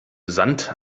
sand